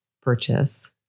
purchase